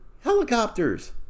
helicopters